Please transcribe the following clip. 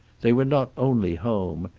they were not only home.